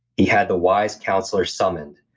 he had the wise counselor summoned.